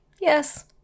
yes